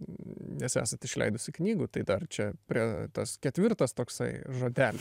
nes esat išleidusi knygų tai dar čia prie tas ketvirtas toksai žodelis